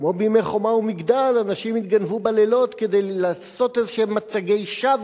כמו בימי "חומה ומגדל" אנשים התגנבו בלילות כדי לעשות מצגי שווא,